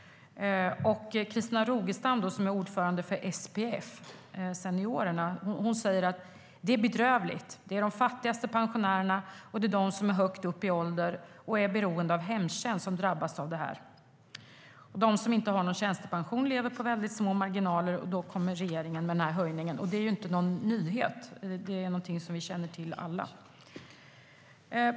Christina Rogestam, ordförande för SPF Seniorerna, säger att det är bedrövligt och att det är de fattigaste pensionärerna och de som är högt upp i ålder och beroende av hemtjänst som drabbas av höjningen. De som inte har någon tjänstepension lever på små marginaler, och då kommer regeringen med höjningen. Det är inte någon nyhet, utan det känner vi alla till.